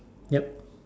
yup